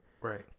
right